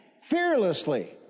Fearlessly